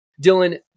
Dylan